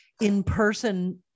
in-person